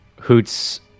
Hoots